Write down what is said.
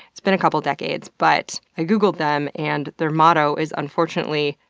it's been a couple of decades, but i googled them, and their motto is, unfortunately,